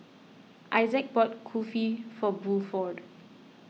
Issac bought Kulfi for Bluford